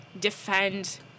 defend